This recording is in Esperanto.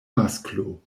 masklo